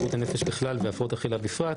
בריאות הנפש בכלל והפרעות אכילה בפרט,